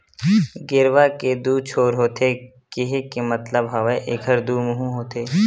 गेरवा के दू छोर होथे केहे के मतलब हवय एखर दू मुहूँ होथे